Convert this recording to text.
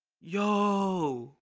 yo